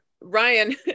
Ryan